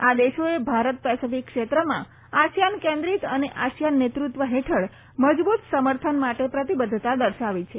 આ દેશોએ ભારત પેસેફીક ક્ષેત્રમાં આશિયાન કેન્દ્રિત અને આશિયાન નેતૃત્વ હેઠળ મજબુત સમર્થન માટે પ્રતિબધ્ધતા દર્શાવી છે